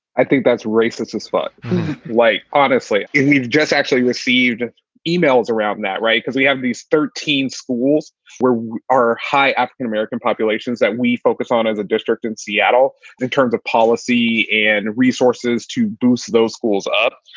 i think that's racism spot light honestly, we've just actually received emails around in that right, because we have these thirteen schools where our high african-american populations that we focus on as a district and seattle in terms of policy and resources to boost those schools up.